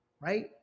Right